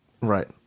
Right